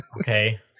okay